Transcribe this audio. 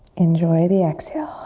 enjoy the exhale.